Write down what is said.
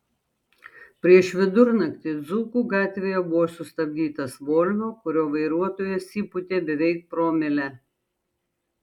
prieš vidurnaktį dzūkų gatvėje buvo sustabdytas volvo kurio vairuotojas įpūtė beveik promilę